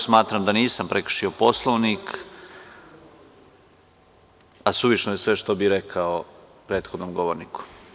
Smatram da nisam prekršio Poslovnik,a suvišno je sve što bih rekao prethodnom govorniku.